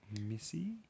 Missy